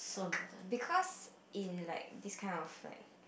because in like this kind of like